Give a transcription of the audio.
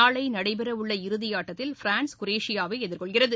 நாளை நடைபெற உள்ள இறுதியாட்டத்தில் பிரான்ஸ் குரேஷியாவை எதிர்கொள்கிறது